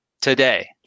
today